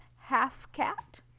half-cat